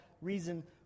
reason